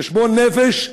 חשבון נפש,